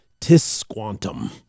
Tisquantum